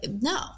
No